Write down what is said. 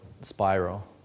spiral